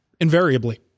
invariably